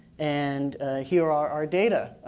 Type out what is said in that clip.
and here are our data.